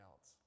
else